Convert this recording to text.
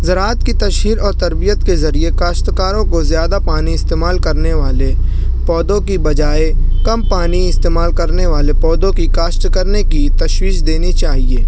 ذراعت کی تشہیر اور تربیت کے ذریعے کاشتکاروں کو زیادہ پانی استعمال کرنے والے پودوں کی بجائے کم پانی استعمال کرنے والے پودوں کی کاشت کرنے کی تشویش دینی چاہیے